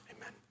amen